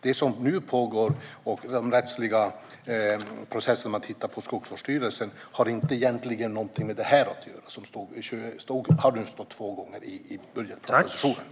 De rättsliga processer som Skogsvårdsstyrelsen tittar på nu har egentligen inte något att göra med det som nu har stått två gånger i budgetpropositionen.